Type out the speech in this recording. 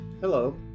Hello